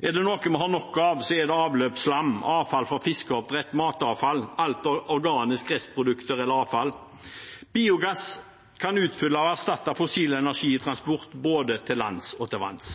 det avløpsslam, avfall fra fiskeoppdrett, matavfall, alt av organiske restprodukter eller avfall. Biogass kan utfylle og erstatte fossil energi i transport både til lands og til vanns.